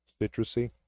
Citrusy